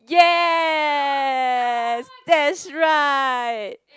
yes that's right